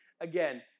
again